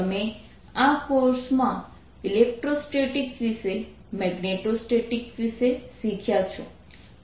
તમે આ કોર્સમાં ઇલેક્ટ્રોસ્ટેટિક વિશે મેગ્નેટોસ્ટેટિક વિશે શીખ્યા છો